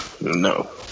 No